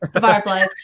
Fireflies